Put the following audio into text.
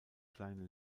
kleine